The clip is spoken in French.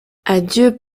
adieu